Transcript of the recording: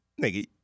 Nigga